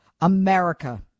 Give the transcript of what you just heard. America